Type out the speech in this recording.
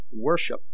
worship